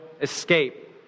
escape